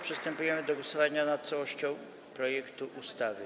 Przystępujemy do głosowania nad całością projektu ustawy.